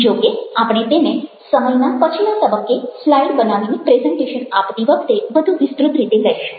જો કે આપણે તેને સમયના પછીના તબક્કે સ્લાઈડ બનાવીને પ્રેઝન્ટેશન આપતી વખતે વધુ વિસ્તૃત રીતે લઈશું